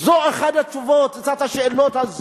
זו אחת התשובות לשאלה הזאת.